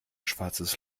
schwarzes